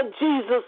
Jesus